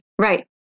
Right